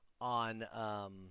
on